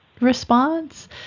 response